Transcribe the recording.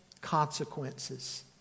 consequences